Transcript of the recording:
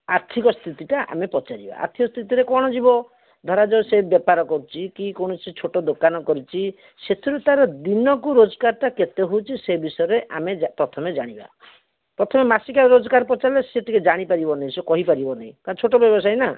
ଆର୍ଥିକ ସ୍ଥିତିଟା ଆମେ ପଚାରିବା ଆର୍ଥିକ ସ୍ଥିତି ରେ କ'ଣ ଯିବ ଧରାଯାଉ ସେ ବେପାର କରୁଛି କି କୌଣସି ଛୋଟ ଦୋକାନ କରିଛି ସେଥିରୁ ତା'ର ଦିନ କୁ ରୋଜଗାର ଟା କେତେ ହେଉଛି ସେ ବିଷୟରେ ଆମେ ପ୍ରଥମେ ଜାଣିବା ପ୍ରଥମେ ମାସିକିଆ ରୋଜଗାର ପଚାରିଲେ ସେ ଟିକେ ଜାଣିପାରିବନି ସେ କହିପାରିବନି କାରଣ ଛୋଟ ବ୍ୟବସାୟୀ ନା